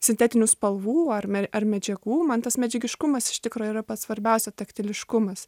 sintetinių spalvų ar mer ar medžiagų man tas medžiagiškumas iš tikro yra pats svarbiausia taktiliškumas